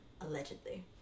Allegedly